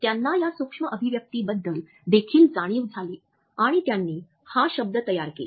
त्यांना या सूक्ष्म अभिव्यक्तीबद्दल देखील जाणीव झाली आणि त्यांनी हा शब्द तयार केला